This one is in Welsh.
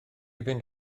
fynd